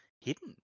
hidden